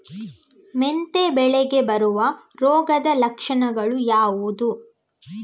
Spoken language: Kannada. ಮೆಂತೆ ಬೆಳೆಗೆ ಬರುವ ರೋಗದ ಲಕ್ಷಣಗಳು ಯಾವುದು?